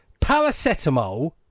paracetamol